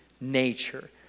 nature